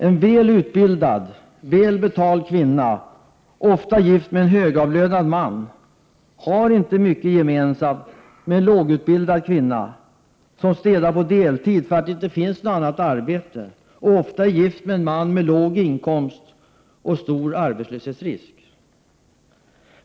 En välutbildad, välbetald kvinna, ofta gift med en högavlönad man, har inte mycket gemensamt med en lågutbildad kvinna, som städar på deltid därför att det inte finns något annat arbete, och är gift med en man med låg inkomst och stor arbetslöshetsrisk.